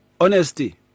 honesty